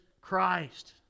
Christ